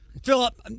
Philip